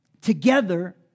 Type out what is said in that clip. together